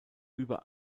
über